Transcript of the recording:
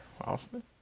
austin